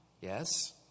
Yes